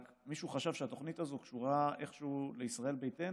רק שמישהו חשב שהתוכנית הזאת קשורה איכשהו לישראל ביתנו,